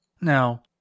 Now